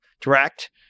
direct